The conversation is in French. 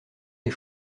des